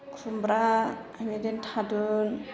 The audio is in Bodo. खुमब्रा बेबायदिनो थादुन